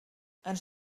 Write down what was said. ens